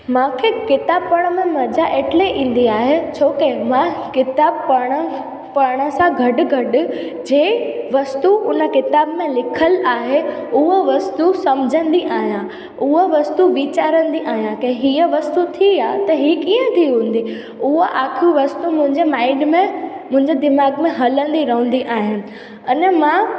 मूंखे किताबु पढ़ण में मज़ा एटले ईंदी आहे छोकी मां किताबु पढ़ण पढ़ण सां गॾु गॾु जे वस्तु उन किताबु में लिखलु आहे उहो वस्तु सम्झंदी आहियां उहा वस्तु विचारंदी आहियां की हीअ वस्तु थी आहे त हीअ कीअं थी हूंदी उहा आखियूं वस्तु मुंहिंजे माईंड में मुंहिंजे दिमाग़ में हलंदी रहंदी आहिनि अने मां